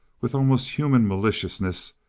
with almost human maliciousness,